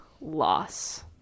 Loss